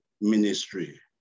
ministry